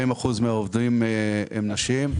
40% מהעובדים הם נשים,